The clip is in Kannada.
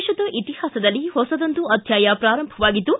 ದೇಶದ ಇತಿಹಾಸದಲ್ಲಿ ಹೊಸದೊಂದು ಅಧ್ಯಾಯ ಪ್ರಾರಂಭವಾಗಿದ್ದು